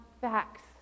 facts